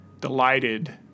delighted